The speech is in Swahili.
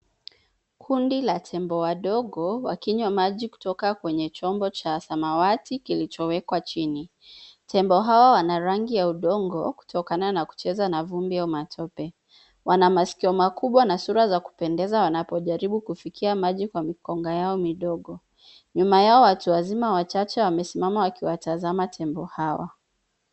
Kundi la tembo wadogo, wakinywa maji kutoka kwenye chombo cha samawati kilichowekwa chini. Tembo hawa wana rangi ya udongo, kutokana na kucheza na vumbi au matope. Wana maskio makubwa na sura za kupendeza wanapojaribu kufikia maji kwa mikonga yao midogo. Nyuma yao watu wazima wachache wamesimama wakiwatazama tembo hawa.